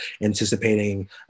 anticipating